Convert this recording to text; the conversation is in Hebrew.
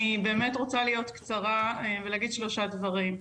אני באמת רוצה להיות קצרה ולהגיד שלושה דברים,